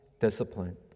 Discipline